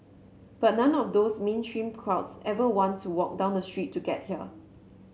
but none of those mainstream crowds ever want to walk down the street to get here